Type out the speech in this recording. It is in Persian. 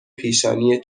پیشانی